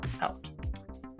out